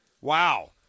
Wow